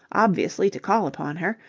obviously to call upon her,